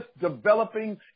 developing